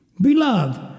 Beloved